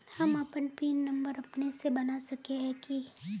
हम अपन PIN number अपने से बना सके है की?